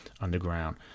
underground